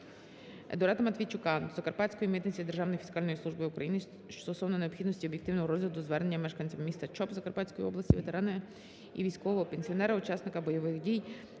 Едуарда Матвійчука до Закарпатської митниці Державної фіскальної служби України стосовно необхідності об'єктивного розгляду звернення мешканця міста Чоп Закарпатської області, ветерана і військового пенсіонера, учасника бойових дій